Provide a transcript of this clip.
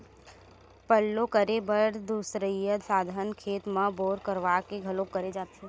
पल्लो करे बर दुसरइया साधन खेत म बोर करवा के घलोक करे जाथे